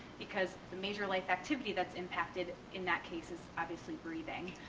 because the major life activity that's impacted in that case is obviously breathing.